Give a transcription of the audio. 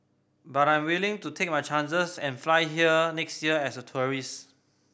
but I'm willing to take my chances and fly here next year as a tourist